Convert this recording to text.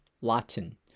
Latin